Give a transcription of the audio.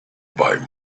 buy